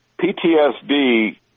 PTSD